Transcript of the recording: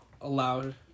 allowed